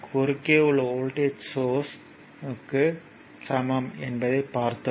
குறுக்கே உள்ள voltage voltage சோர்ஸ்க்கு சமம் என்பதைப் பார்த்தோம்